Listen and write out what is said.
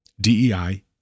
DEI